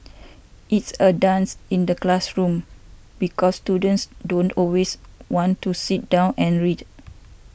it's a dance in the classroom because students don't always want to sit down and read